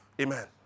Amen